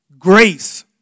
grace